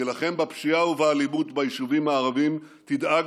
תילחם בפשיעה ובאלימות ביישובים הערביים ותדאג